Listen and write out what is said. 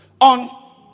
On